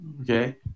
Okay